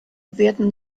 werden